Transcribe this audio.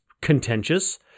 contentious